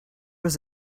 was